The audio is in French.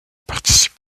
participe